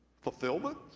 Fulfillment